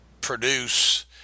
produce